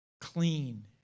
clean